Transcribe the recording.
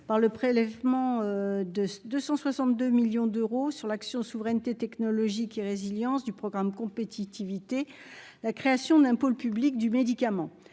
par le prélèvement de 262 millions d'euros sur l'action souveraineté technologique et résilience du programme, compétitivité, la création d'un pôle public du médicament,